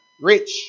Rich